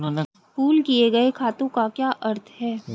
Pool किए गए खातों का क्या अर्थ है?